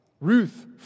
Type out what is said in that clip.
Ruth